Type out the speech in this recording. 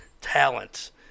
talent